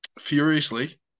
furiously